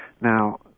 now